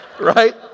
Right